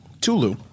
Tulu